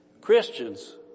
Christians